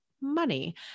money